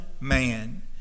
man